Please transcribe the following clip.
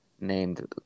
named